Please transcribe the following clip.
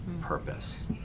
purpose